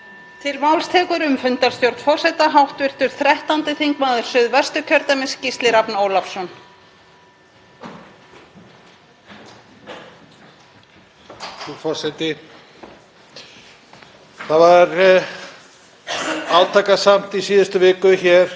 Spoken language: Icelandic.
Það var átakasamt í síðustu viku hér á þingi, sér í lagi undir lok þinghaldsins, en mér fannst góður bragur á því að fólk fór að setjast niður og tala saman,